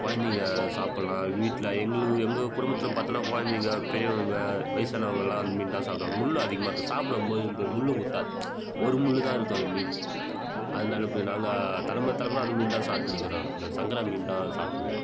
குழந்தைங்க சாப்பிட்லாம் அது வீட்டில் எங்களுக்கு எங்கள் குடும்பத்துலைன்னு பார்த்தோன்னா குழந்தைங்க பெரியவங்க வயசானவங்கள் எல்லாம் அந்த மீன் தான் சாப்பிடுவாங்க முள் அதிகமாக இருக்காது சாப்பிடம்போது அந்த முள் குத்தாது ஒரு முள் தான் இருக்கும் அந்த மீன் அதனாலே இப்படி நாங்கள் தலைமொற தலைமொறையா அந்த மீன் தான் சாப்பிட்டுன்னுக்குறோம் அந்த சங்கரா மீன் தான் சாப்பிட்டுன்னுக்குறோம்